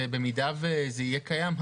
במידה וזה יהיה קיים,